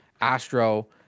astro